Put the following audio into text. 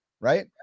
right